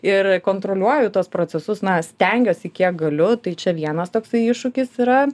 ir kontroliuoju tuos procesus na stengiuosi kiek galiu tai čia vienas toksai iššūkis yra